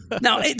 Now